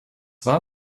war